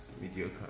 mediocre